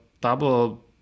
double